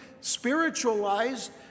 spiritualized